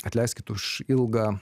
atleiskit už ilgą